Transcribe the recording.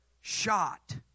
shot